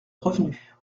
revenu